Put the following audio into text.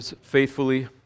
faithfully